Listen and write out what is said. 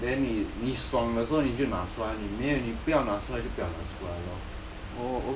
then 你你爽的时候你就拿出来你没你不要拿出来就不要拿出来咯